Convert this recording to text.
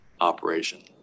operation